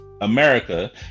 America